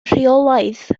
rheolaidd